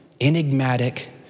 enigmatic